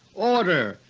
order,